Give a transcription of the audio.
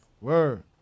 Word